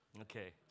Okay